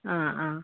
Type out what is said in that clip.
ആ ആ